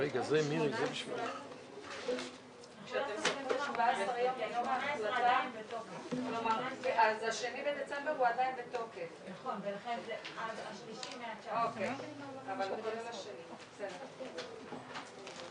הישיבה ננעלה בשעה 13:36.